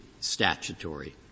statutory